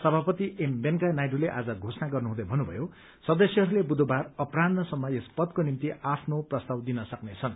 सभापति एम वेंकैया नायडूले आज घोषणा गर्नुहुँदै भत्रुभयो सदस्यहरूले बुधबार अपराहत्रसम्म यस पदको निम्ति आफ्नो प्रस्ताव दिन सक्नेछन्